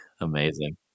Amazing